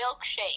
milkshake